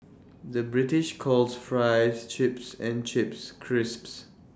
the British calls Fries Chips and Chips Crisps